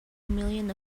million